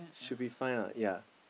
should be fine lah ya